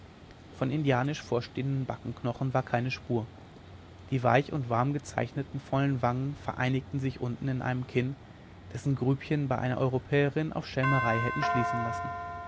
von indianisch vorstehenden backenknochen war keine spur die weich und warm gezeichneten vollen wangen vereinigten sich unten in einem kinn dessen grübchen bei einer europäerin auf schelmerei hätte schließen lassen